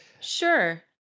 sure